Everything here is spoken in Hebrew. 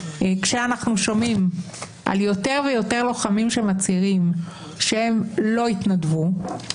כשאנחנו שומעים על יותר ויותר לוחמים שמצהירים שהם לא יתנדבו,